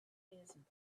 important